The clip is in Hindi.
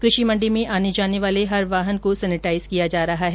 कृषि मंडी में आने जाने वाले हर वाहन को सैनेटाइज किया जा रहा है